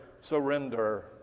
surrender